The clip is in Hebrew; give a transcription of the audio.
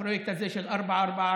הפרויקט הזה של 444,